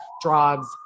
drugs